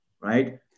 right